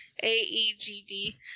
A-E-G-D